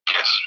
Yes